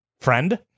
friend